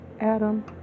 Adam